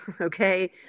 Okay